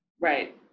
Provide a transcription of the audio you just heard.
Right